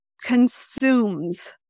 consumes